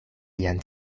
lian